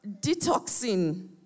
detoxing